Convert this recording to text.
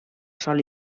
sol